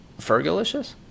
Fergalicious